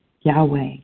Yahweh